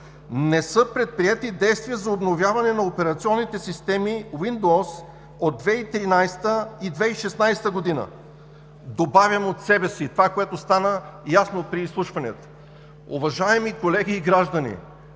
Не са предприети действия за обновяване на операционните системи Windows от 2013 г. и 2016 г. Добавям от себе си – това, което стана ясно при изслушванията. Уважаеми колеги и граждани!